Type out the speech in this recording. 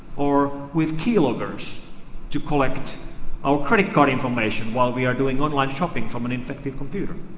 or with keyloggers to collect our credit card information while we are doing online shopping from an infected computer.